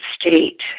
state